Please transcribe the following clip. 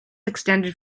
extended